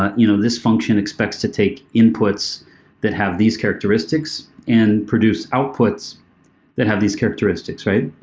ah you know this function expects to take inputs that have these characteristics and produce outputs that have these characteristics, right?